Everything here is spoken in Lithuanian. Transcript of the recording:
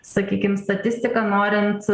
sakykim statistika norint